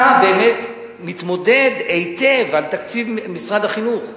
אתה באמת מתמודד היטב על תקציב משרד החינוך,